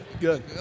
Good